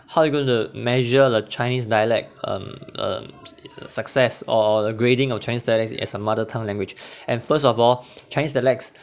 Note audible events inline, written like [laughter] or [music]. how you going to measure the chinese dialect um um ss~ success or or the grading of chinese dialects as a mother tongue language [breath] and first of all chinese dialects